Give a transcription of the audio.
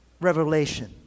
revelation